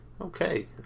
Okay